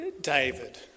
David